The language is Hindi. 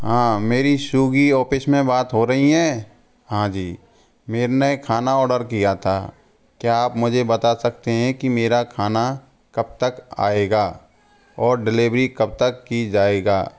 हाँ मेरी स्विग्गी ऑफिस में बात हो रही हैं हाँ जी मैंने खाना ऑर्डर किया था क्या आप मुझे बता सकते हैं कि मेरा खाना कब तक आएगा और डेलीवरी कब तक की जाएगा